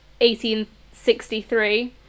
1863